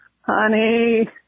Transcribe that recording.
honey